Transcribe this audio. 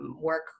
work